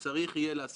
תלך לכיוון הזה,